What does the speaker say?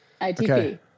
ITP